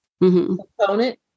component